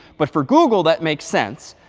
but for google, that makes sense,